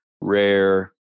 rare